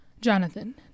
Jonathan